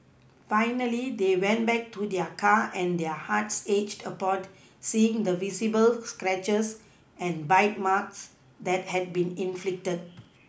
finally they went back to their car and their hearts ached a port seeing the visible scratches and bite marks that had been inflicted